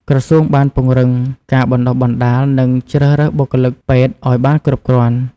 ក្រសួងបានពង្រឹងការបណ្តុះបណ្តាលនិងជ្រើសរើសបុគ្គលិកពេទ្យឱ្យបានគ្រប់គ្រាន់។